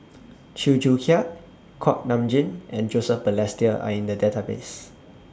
Chew Joo Chiat Kuak Nam Jin and Joseph Balestier Are in The Database